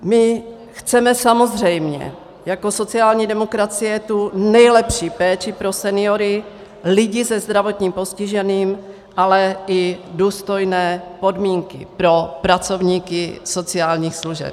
My chceme samozřejmě jako sociální demokracie tu nejlepší péči pro seniory, lidi se zdravotním postižením, ale i důstojné podmínky pro pracovníky sociálních služeb.